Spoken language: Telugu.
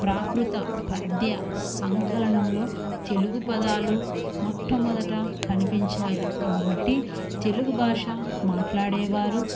ప్రాకృత పద్య సంకలనంలో తెలుగు పదాలు మొట్టమొదట కనిపించాయి కాబట్టి తెలుగు భాష మాట్లాడేవారు